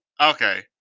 Okay